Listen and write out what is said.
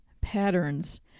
patterns